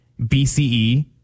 BCE